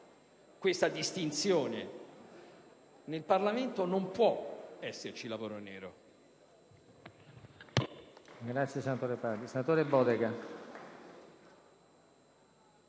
questa distinzione: nel Parlamento non può esserci lavoro